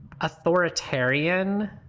authoritarian